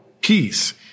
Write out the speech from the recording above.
peace